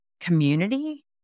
community